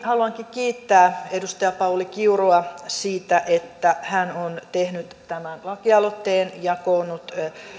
haluankin kiittää edustaja pauli kiurua siitä että hän on tehnyt tämän lakialoitteen ja koonnut